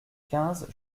quinze